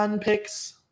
picks